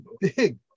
big